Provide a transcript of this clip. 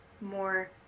more